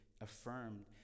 affirmed